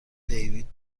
دیوید